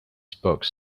spoke